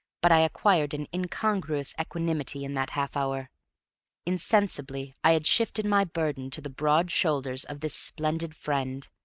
but i acquired an incongruous equanimity in that half-hour. insensibly i had shifted my burden to the broad shoulders of this splendid friend,